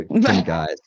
guys